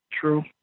True